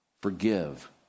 Forgive